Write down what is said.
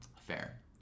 Fair